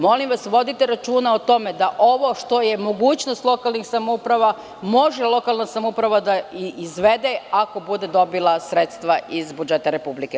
Molim vas, vodite računa o tome da ovo što je mogućnost lokalnih samouprava može lokalna samouprava da izvede ako bude dobila sredstava iz budžeta Republike.